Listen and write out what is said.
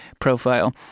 profile